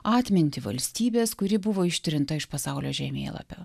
atmintį valstybės kuri buvo ištrinta iš pasaulio žemėlapio